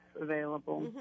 available